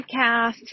podcast